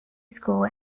school